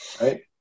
right